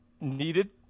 needed